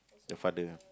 the father